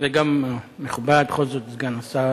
גם מכובד, בכל זאת סגן השר,